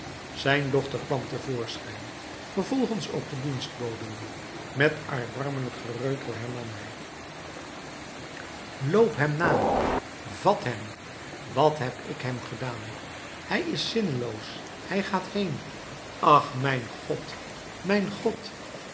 zijn dochter kwam te voorschijn vervolgens ook de dienstboden met erbarmelijk gereutel hernam hij loopt hem na vat hem wat heb ik hem gedaan hij is zinneloos hij gaat heen ach mijn god mijn god